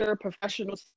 professional